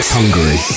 Hungary